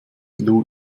lou